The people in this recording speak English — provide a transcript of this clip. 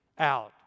out